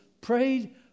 prayed